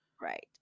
Right